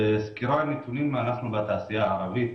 סקירת נתונים, אנחנו בתעשייה הערבית